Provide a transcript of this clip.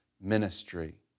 ministry